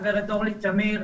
גברת אורלי תמיר,